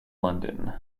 london